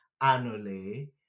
annually